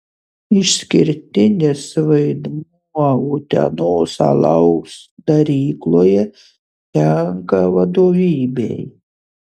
išskirtinis vaidmuo utenos alaus darykloje tenka vadovybei